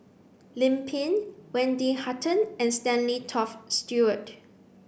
Lim Pin Wendy Hutton and Stanley Toft Stewart